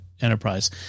Enterprise